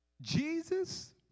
Jesus